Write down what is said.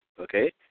Okay